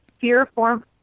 fear-form